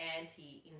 anti